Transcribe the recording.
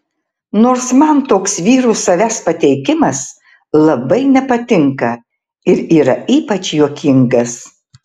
nors man toks vyrų savęs pateikimas labai nepatinka ir yra ypač juokingas